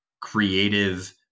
creative